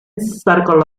circle